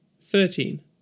thirteen